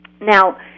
Now